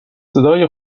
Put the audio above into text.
صدای